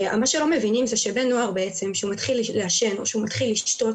מה שלא מבינים זה שבן נוער כשהוא מתחיל לעשן או כשהוא מתחיל לשתות